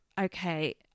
okay